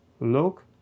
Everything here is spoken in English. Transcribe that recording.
Look